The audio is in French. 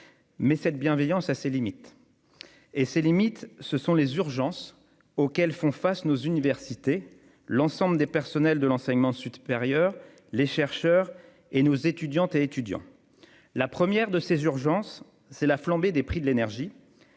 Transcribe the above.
Mais cette bienveillance a ses limites, compte tenu des urgences auxquelles font face nos universités, l'ensemble des personnels de l'enseignement supérieur, les chercheurs et nos étudiants. La première de ces urgences, c'est la flambée des prix de l'énergie.